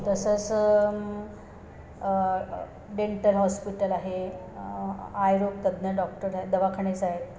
तसंच dental hospital आहे आयरोग तज्ज्ञ डॉक्टर आहे दवाखाने आहेत